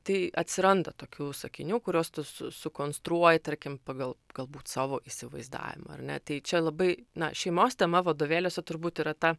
tai atsiranda tokių sakinių kuriuos tu su sukonstruoji tarkim pagal galbūt savo įsivaizdavimą ar ne tai čia labai na šeimos tema vadovėliuose turbūt yra ta